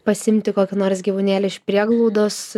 pasiimti kokį nors gyvūnėlį iš prieglaudos